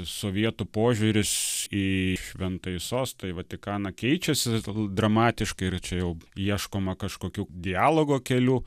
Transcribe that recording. sovietų požiūris į šventąjį sostą į vatikaną keičiasi dramatiškai ir čia jau ieškoma kažkokių dialogo kelių